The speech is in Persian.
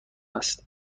است